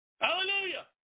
Hallelujah